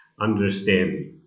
Understanding